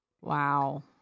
wow